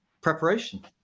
preparation